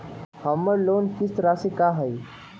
हमर लोन किस्त राशि का हई?